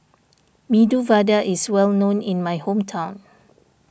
Medu Vada is well known in my hometown